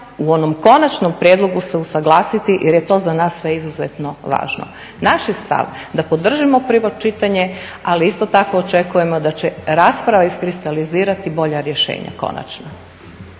u onom konačnom prijedlogu se usuglasiti jer je to za nas sve izuzetno važno. Naš je stav da podržimo prvo čitanje, ali isto tako očekujemo da će rasprava iskristalizirati bolja rješenja konačno.